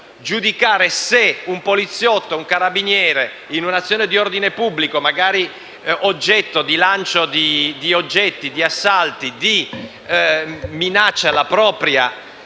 giudicare se un poliziotto o un Carabiniere, in un'azione di ordine pubblico, magari fatto oggetto di lancio di oggetti, di assalti e di minacce alla propria